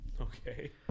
okay